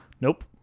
Nope